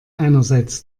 einerseits